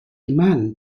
man